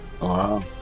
Wow